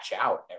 out